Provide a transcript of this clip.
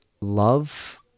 love